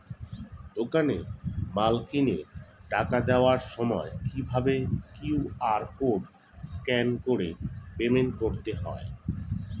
দোকানে মাল কিনে টাকা দেওয়ার সময় কিভাবে কিউ.আর কোড স্ক্যান করে পেমেন্ট করতে হয়?